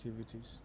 activities